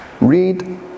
read